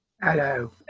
Hello